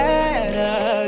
Better